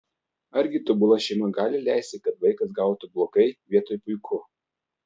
argi tobula šeima gali leisti kad vaikas gautų blogai vietoj puiku